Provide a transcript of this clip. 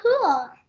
cool